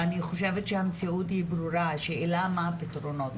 אני חושבת שהמציאות היא ברורה, השאלה מה הפתרונות.